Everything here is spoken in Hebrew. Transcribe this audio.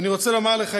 ואני רוצה לומר לך,